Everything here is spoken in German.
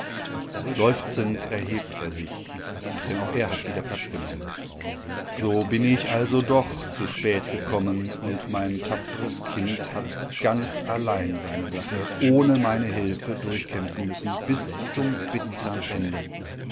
seufzend erhebt er sich denn auch er hat wieder platz genommen so bin ich also doch zu spät gekommen und mein tapferes kind hat ganz allein seine sache ohne meine hilfe durchkämpfen müssen bis zum bittern ende